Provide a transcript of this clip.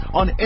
on